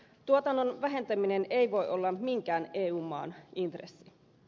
tuotannon vähentäminen ei voi olla minkään eu maan intressi